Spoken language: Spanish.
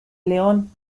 león